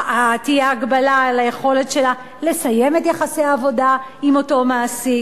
תהיה הגבלה על היכולת שלה לסיים את יחסי העבודה עם אותו מעסיק.